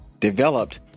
developed